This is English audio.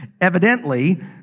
evidently